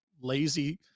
lazy